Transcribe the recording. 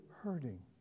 hurting